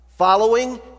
following